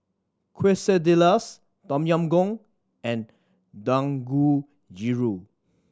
Quesadillas Tom Yam Goong and Dangojiru